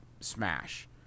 smash